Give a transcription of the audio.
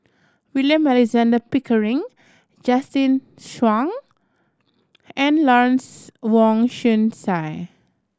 William Alexander Pickering Justin Zhuang and Lawrence Wong Shyun Tsai